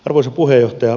arvoisa puheenjohtaja